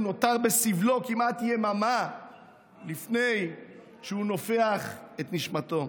הוא נותר בסבלו כמעט יממה לפני שהוא נופח את נשמתו".